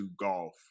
golf